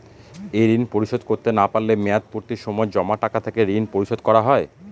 এই ঋণ পরিশোধ করতে না পারলে মেয়াদপূর্তির সময় জমা টাকা থেকে ঋণ পরিশোধ করা হয়?